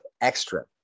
extra